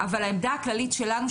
אבל העמדה הכללית שלנו,